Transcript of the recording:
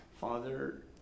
father